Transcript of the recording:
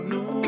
New